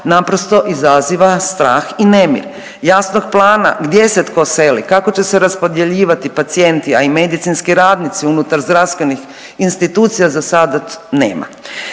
naprosto izaziva strah i nemir. Jasnog plana gdje se tko seli, kako će se raspodjeljivati pacijenti a i medicinski radnici unutar zdravstvenih institucija za sada nema.